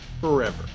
forever